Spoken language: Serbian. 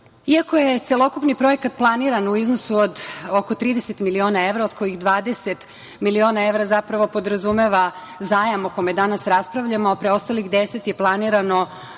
je celokupni projekat planiran u iznosu od oko 30 miliona evra, od kojih 20 miliona evra zapravo podrazumeva zajam o kome danas raspravljamo, a preostalih 10 je planirano